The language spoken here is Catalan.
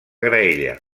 graella